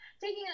taking